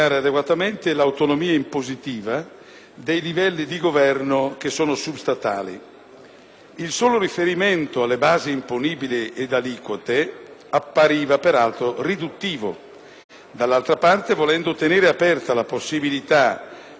Il solo riferimento alle basi imponibili ed aliquote appariva peraltro riduttivo. Dall'altra parte, volendo tenere aperta la possibilità di intervenire salvo compensazioni, è apparso opportuno non limitarla allo Stato,